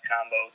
combo